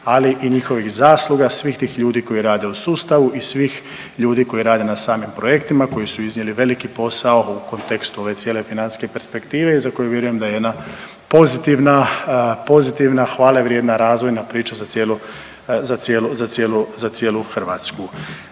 ali i njihovih zasluga, svih tih ljudi koji rade u sustavu i svih ljudi koji rade na samim projektima koji su iznijeli veliki posao u kontekstu ove cijele financijske perspektive i za koju vjerujem da je jedna pozitivna, pozitivna, hvale vrijedna razvojna priča za cijelu Hrvatsku.